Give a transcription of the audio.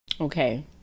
Okay